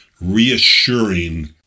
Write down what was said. reassuring